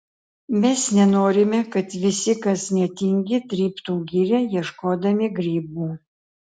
mes nenorime kad visi kas netingi tryptų girią ieškodami grybų